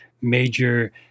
major